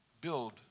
build